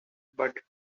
but